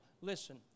Listen